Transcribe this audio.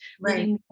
right